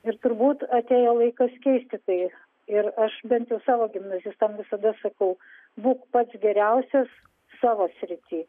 ir turbūt atėjo laikas keisti tai ir aš bent jau savo gimnazistam visada sakau būk pats geriausias savo srity